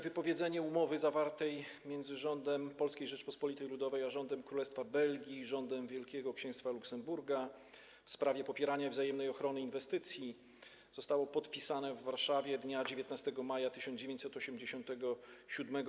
Wypowiedzenie umowy zawartej między rządem Polskiej Rzeczypospolitej Ludowej a rządem Królestwa Belgii i rządem Wielkiego Księstwa Luksemburga w sprawie popierania wzajemnej ochrony inwestycji zostało podpisane w Warszawie dnia 19 maja roku 1987.